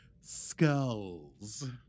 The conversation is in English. Skulls